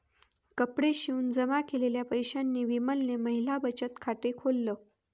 कपडे शिवून जमा केलेल्या पैशांनी विमलने महिला बचत खाते खोल्ल